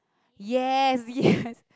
yes yes